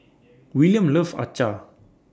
Willam loves Acar